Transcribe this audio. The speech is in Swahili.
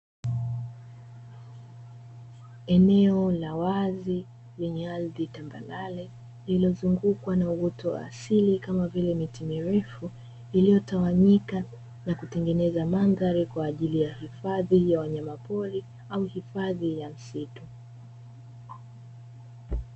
Eneo la wazi lenye ardhi tambarare, lililozungukwa na uoto wa asili kama vile miti mirefu iliyotawanyika na kutengeneza mandhari kwa ajili ya hifadhi ya wanyama pori au hifadhi ya msitu.